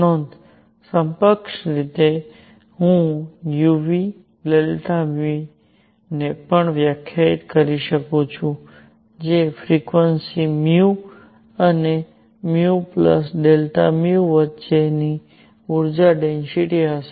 નોંધ સમકક્ષ રીતે હું uΔν ને પણ વ્યાખ્યાયિત કરી શકું છું જે ફ્રિક્વન્સી અને Δν વચ્ચે ઊર્જા ડેન્સિટિ હશે